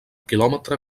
quilòmetre